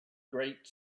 great